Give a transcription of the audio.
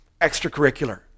extracurricular